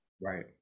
Right